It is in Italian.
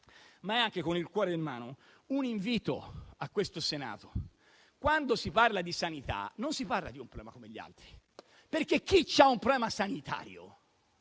ma è anche, con il cuore in mano, un invito a questo Senato: quando si parla di sanità, non si parla di un problema come gli altri, perché chi ha un problema sanitario